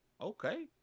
Okay